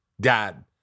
Dad